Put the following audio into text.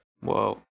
Whoa